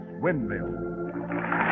Windmill